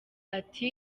ati